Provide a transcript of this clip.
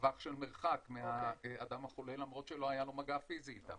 בטווח של מרחק מהאדם החולה למרות שלא היה לו מגע פיזי איתם.